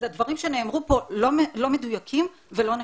אז הדברים שנאמרו פה לא מדויקים ולא נכונים,